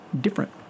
different